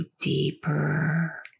deeper